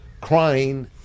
crying